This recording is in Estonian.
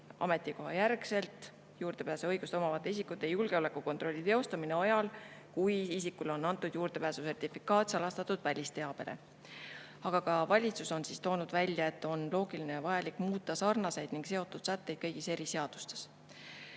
ametikohajärgset juurdepääsuõigust omavate isikute julgeolekukontrolli teostamist ajal, kui isikule on antud juurdepääsusertifikaat salastatud välisteabele. Aga ka valitsus on toonud välja, et on loogiline ja vajalik muuta sarnaseid ning seotud sätteid kõigis seadustes.